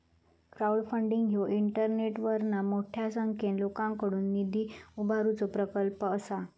crowdfunding ह्यो इंटरनेटवरना मोठ्या संख्येन लोकांकडुन निधी उभारुचो प्रकल्प असा